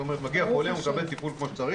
זאת אומרת שמגיע חולה, הוא מקבל טיפול כמו שצריך.